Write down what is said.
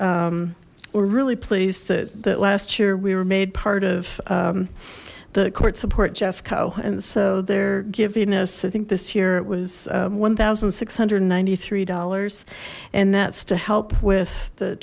we're really pleased that that last year we were made part of the court support jeffco and so they're giving us i think this year it was one thousand six hundred and ninety three dollars and that's to help with the